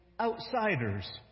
outsiders